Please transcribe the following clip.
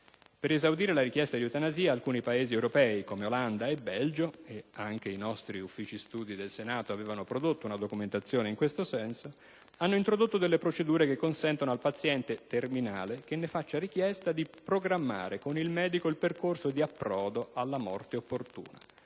Per esaudire la richiesta di eutanasia, alcuni Paesi europei come Olanda, Belgio» - il Servizio Studi del Senato ha predisposto una documentazione in tal senso - «hanno introdotto delle procedure che consentono al paziente "terminale" che ne faccia richiesta di programmare con il medico il percorso di "approdo" alla morte opportuna.